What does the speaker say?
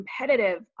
competitive